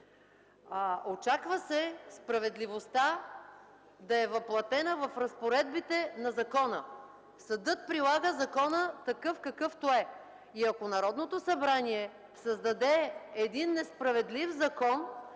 Очаква се справедливостта да е въплътена в разпоредбите на закона. Съдът прилага закона такъв, какъвто е. Ако Народното събрание създаде един несправедлив закон,